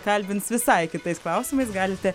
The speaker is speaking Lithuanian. kalbins visai kitais klausimais galite